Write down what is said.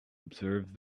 observe